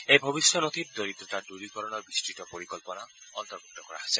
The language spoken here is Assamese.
এই ভৱিষ্যনথিত দৰিদ্ৰতা দূৰীকৰণৰ বিস্তৃত পৰিকল্পনা অন্তৰ্ভুক্ত কৰা হৈছে